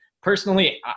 personally